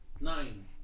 Nine